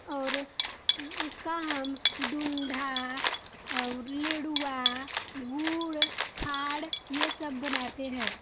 और उसका हम ढूंढा लेड़ुवा गुड़ खाड़ ये सब बनाते हैं